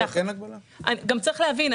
צריך להבין,